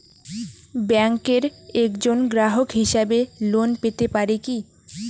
ব্যাংকের একজন গ্রাহক হিসাবে লোন পেতে পারি কি?